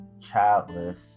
childless